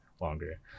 longer